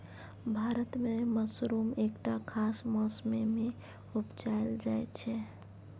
भारत मे मसरुम एकटा खास मौसमे मे उपजाएल जाइ छै